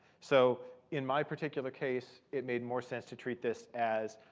so in my particular case, it made more sense to treat this as,